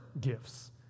gifts